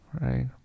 Right